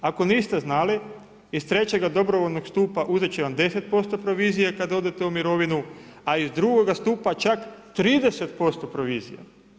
Ako niste znali, iz trećega dobrovoljnog stupa uzet će vam 10% provizije kad odete u mirovinu, a iz drugoga stupa čak 30% provizije.